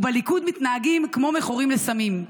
ובליכוד מתנהגים כמו מכורים לסמים.